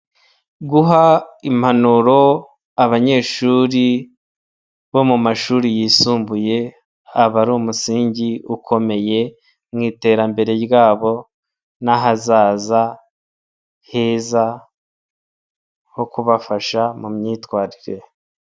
Guha impanuro abanyeshuri bo mu mashuri yisumbuyeba aba ari umusingi ukomeye mu iterambere ryabo n'ahazaza heza ho kubafasha mu myitwarire.